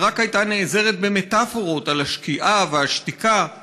רק הייתה נעזרת במטאפורות / על השקיעה והשתיקה /